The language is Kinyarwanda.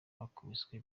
bakubiswe